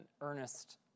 earnest